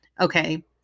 Okay